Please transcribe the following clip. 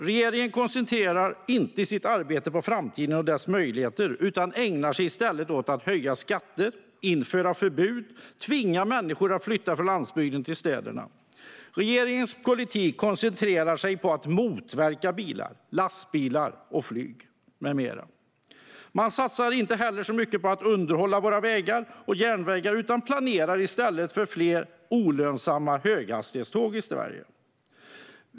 Regeringen koncentrerar inte sitt arbete på framtiden och dess möjligheter utan ägnar sig i stället åt att höja skatter, införa förbud och tvinga människor att flytta från landsbygden till städerna. Regeringens politik koncentrerar sig på att motverka bilar, lastbilar, flyg med mera. Man satsar inte heller så mycket på att underhålla våra vägar och järnvägar utan planerar i stället för olönsamma höghastighetståg i Sverige.